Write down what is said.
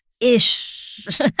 ish